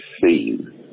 seen